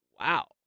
Wow